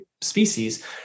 species